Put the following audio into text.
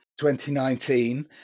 2019